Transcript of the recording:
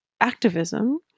activism